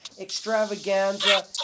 extravaganza